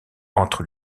entre